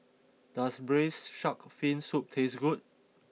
does Braised Shark Fin Soup taste good